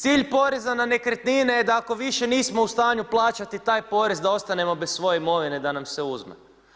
Cilj poreza na nekretnine je da ako više nismo u stanju plaćati taj porez da odstanemo bez svoje mirovine da nam se uzme.